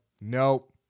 nope